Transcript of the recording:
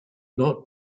not